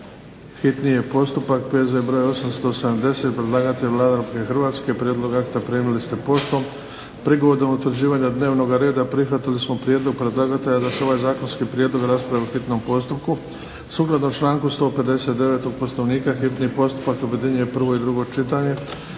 čitanje, P.Z. br. 870 Predlagatelj je Vlada Republike Hrvatske. Prijedlog akta primili ste poštom. Prigodom utvrđivanja dnevnog reda prihvatili smo prijedlog predlagatelja da se ovaj zakonski prijedlog raspravi u hitnom postupku. Sukladno članku 159. Poslovnika hitni postupak objedinjuje prvo i drugo čitanje.